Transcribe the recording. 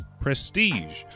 prestige